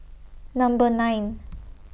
Number nine